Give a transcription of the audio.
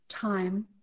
time